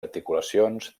articulacions